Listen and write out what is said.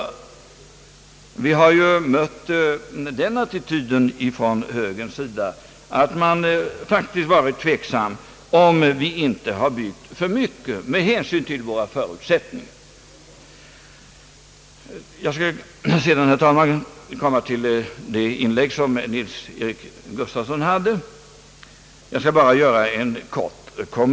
Från högerns sida har vi mött den attityden att man faktiskt varit tveksam om vi inte, med hänsyn till våra förutsättningar, byggt för mycket. Jag vill sedan göra en kort kommentar till det inlägg som herr Nils-Eric Gustafsson gjorde.